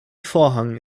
vorhang